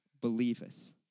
believeth